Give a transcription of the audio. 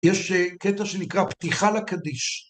יש אה.. קטע שנקרא פתיחה לקדיש.